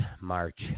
March